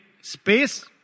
space